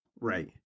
Right